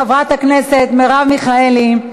חברת הכנסת מרב מיכאלי,